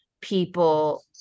people